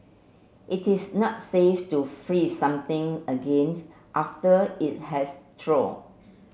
it is not safe to freeze something again after it has thaw